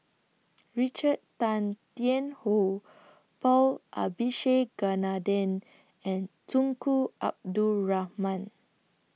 Richard Tan Tian Hoe Paul Abisheganaden and Tunku Abdul Rahman